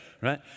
right